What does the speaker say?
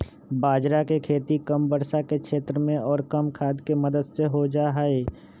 बाजरा के खेती कम वर्षा के क्षेत्र में और कम खाद के मदद से हो जाहई